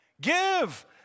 Give